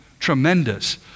Tremendous